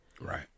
Right